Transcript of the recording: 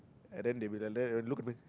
and then they will alert and look at me